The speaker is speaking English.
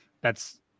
thats